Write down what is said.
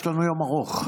יש לנו יום ארוך.